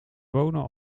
wonen